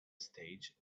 stage